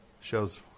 Shows